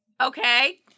okay